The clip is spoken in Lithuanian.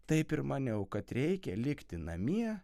taip ir maniau kad reikia likti namie